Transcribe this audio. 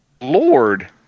Lord